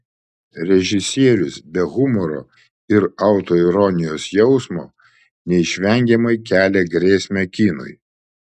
režisierius be humoro ir autoironijos jausmo neišvengiamai kelia grėsmę kinui